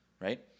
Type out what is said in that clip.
right